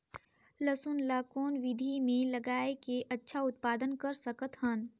लसुन ल कौन विधि मे लगाय के अच्छा उत्पादन कर सकत हन?